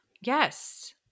Yes